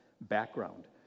background